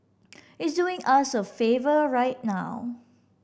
it's doing us a favour right now